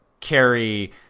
carry